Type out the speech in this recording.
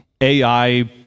AI